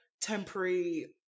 temporary